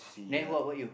then what bout you